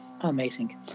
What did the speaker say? amazing